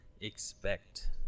expect